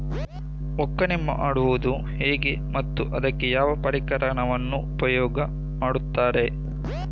ಒಕ್ಕಣೆ ಮಾಡುವುದು ಹೇಗೆ ಮತ್ತು ಅದಕ್ಕೆ ಯಾವ ಪರಿಕರವನ್ನು ಉಪಯೋಗ ಮಾಡುತ್ತಾರೆ?